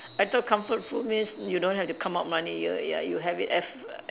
I thought comfort food means you don't have to come out money you ya you have it a~